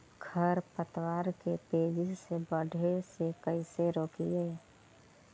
खर पतवार के तेजी से बढ़े से कैसे रोकिअइ?